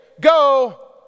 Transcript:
go